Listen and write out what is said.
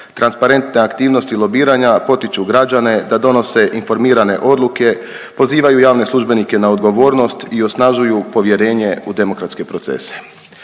Transparentne aktivnosti lobiranja potiču građane da donose informirane odluke, pozivaju javne službenike na odgovornost i osnažuju povjerenje u demokratske procese.